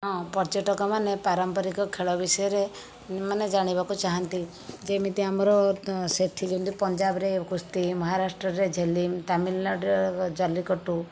ହଁ ପର୍ଯ୍ୟଟକମାନେ ପାରମ୍ପରିକ ଖେଳ ବିଷୟରେ ମାନେ ଜାଣିବାକୁ ଚାହାନ୍ତି ଯେମିତି ଆମର ତ ସେଠି ଯେମିତି ପଞ୍ଜାବରେ କୁସ୍ତି ମହାରାଷ୍ଟ୍ରରେ ଝେଲିମ ତାମିଲନାଡ଼ୁରେ ଜଲ୍ଲିକାଟ୍ଟୁ